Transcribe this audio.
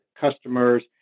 customers